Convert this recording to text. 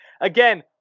Again